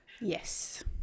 Yes